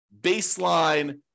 baseline